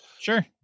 Sure